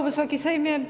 Wysoki Sejmie!